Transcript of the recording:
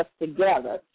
together